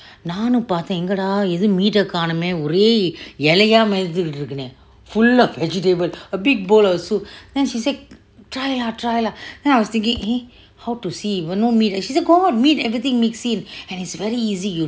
நானும் பார்த்தேன் எங்கட ஏதும்:naanum paarttten enkata edhum meat eh ஏதும்:kaanum meh ஒரே இலய்ய மேகண்கெட்டதே இர்ருக்குன்னே:ore ilayya mekankettate irrukunne full ah vegetable a big bowl of soup and then she said try lah try lah and then I was thinking eh how to see but no meat and then she said no meat everything mixing and it's very easy